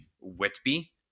Whitby